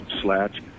slats